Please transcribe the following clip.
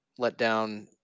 letdown